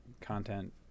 content